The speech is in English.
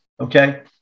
okay